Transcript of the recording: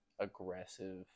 aggressive